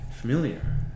familiar